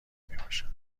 میباشد